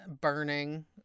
burning